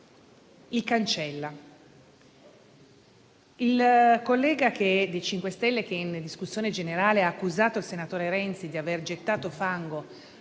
del MoVimento 5 Stelle che in discussione generale ha accusato il senatore Renzi di aver gettato fango